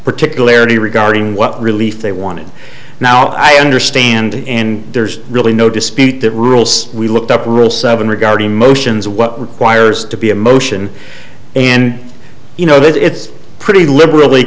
particularity regarding what relief they wanted now i understand and there's really no dispute that rules we looked up were seven regarding motions what requires to be a motion and you know that it's pretty liberally